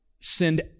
send